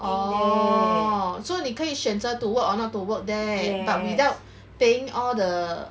orh so 你可以选择 to work or not to work there but without paying all the